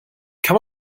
kann